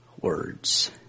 words